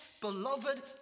beloved